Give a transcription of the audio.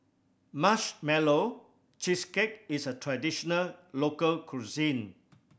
Marshmallow Cheesecake is a traditional local cuisine